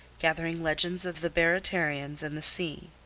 gathering legends of the baratarians and the sea.